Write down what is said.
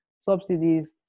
subsidies